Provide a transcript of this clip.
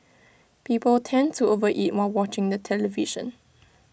people tend to over eat while watching the television